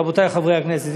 רבותי חברי הכנסת,